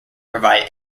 provide